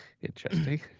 Interesting